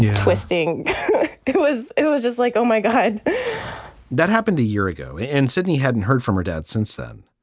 twisting it was it was just like, oh, my god that happened a year ago in sydney. hadn't heard from her dad since then.